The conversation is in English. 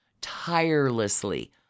tirelessly